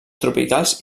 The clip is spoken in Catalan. tropicals